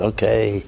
Okay